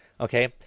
okay